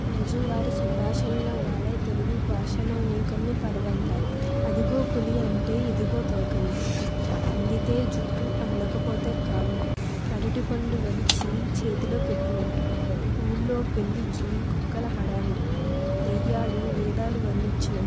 రోజువారి సంభాషణలో వాడే తెలుగు భాషల్లోని కొన్ని పదబంధాలు అదిగో పులి అంటే ఇదిగో తోక అనట్లు అందితే జుట్టు అందకపోతే కాళ్ళు అరటిపండు వలిచి చేతిలో పెట్టినట్టు ఊళ్ళో పెళ్ళికి కుక్కల హడావిడి దెయ్యాలు వేదాలు వర్ణించినట్లు